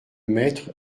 maître